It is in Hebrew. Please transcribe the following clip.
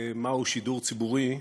מהו שידור ציבורי,